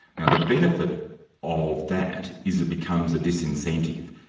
and the benefit of that is it becomes a disincentive.